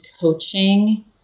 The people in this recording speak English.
coaching